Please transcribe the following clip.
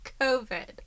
COVID